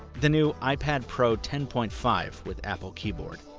the new ipad pro ten point five with apple keyboard.